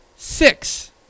Six